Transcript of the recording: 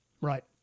Right